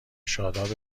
شادابت